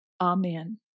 Amen